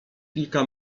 kilka